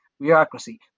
bureaucracy